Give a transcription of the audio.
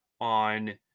on